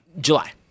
July